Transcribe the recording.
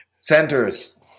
centers